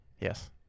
Yes